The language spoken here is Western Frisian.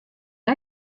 der